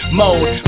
mode